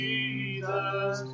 Jesus